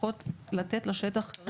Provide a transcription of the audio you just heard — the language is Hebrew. לפחות לתת לשטח כרגע.